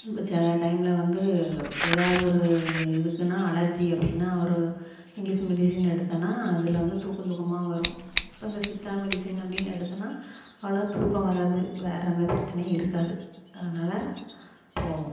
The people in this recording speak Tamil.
இப்போ சில டைம்ல வந்து எதாவது ஒரு இதுக்குதுன்னா அலர்ஜி அப்படின்னா ஒரு இங்கிலிஸ் மெடிசன் எடுத்தோன்னா அதில் வந்து தூக்கம் தூக்கம்மாக வரும் இப்போ இந்த சித்தா மெடிசன் அப்படின்னு எடுத்தோன்னா அவ்வளோவா தூக்கம் வராது வேற எந்த பிரச்சனையும் இருக்காது அதனால போவோம்